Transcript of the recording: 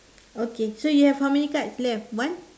okay so you have how many cards left one